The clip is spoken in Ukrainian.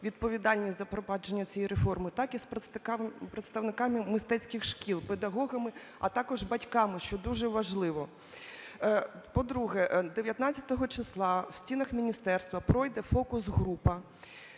відповідальність за провадження цієї реформи, так і з представниками мистецьких шкіл, педагогами, а також батьками, що дуже важливо. По-друге, 19 числа в стінах міністерства пройде фокус-група,